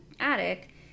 attic